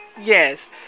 yes